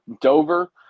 Dover